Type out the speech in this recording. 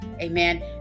Amen